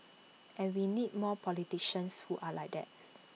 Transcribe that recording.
and we need more politicians who are like that